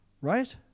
right